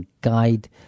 guide